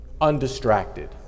undistracted